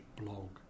blog